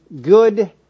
good